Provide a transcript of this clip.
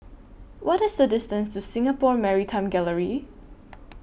What IS The distance to Singapore Maritime Gallery